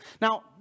Now